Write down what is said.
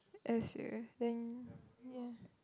S_ then yeah